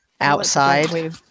Outside